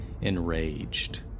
enraged